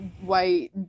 white